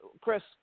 Chris